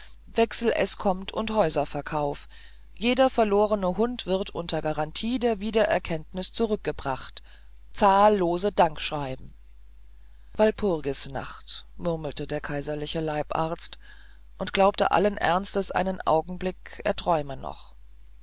säumiger schuldner wechseleßkommt und häuserverkauf jeder verlorene hund wird unter garantie der wiedererkenntniß zurückgebracht zahllose dankschreiben walpurgisnacht murmelte der kaiserliche leibarzt und glaubte allen ernstes einen augenblick er träume noch